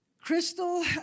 Crystal